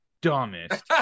dumbest